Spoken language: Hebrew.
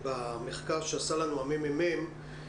שבמחקר שעשה לנו מרכז המידע והמחקר של הכנסת,